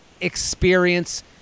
experience